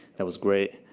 that was great.